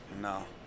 No